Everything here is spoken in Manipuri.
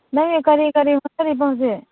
ꯅꯪꯅ ꯀꯔꯤ ꯀꯔꯤ ꯍꯣꯠꯅꯔꯤꯕ ꯍꯧꯖꯤꯛ